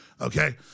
okay